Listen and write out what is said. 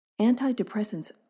Antidepressants